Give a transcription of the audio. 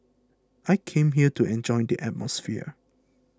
I came here to enjoy the atmosphere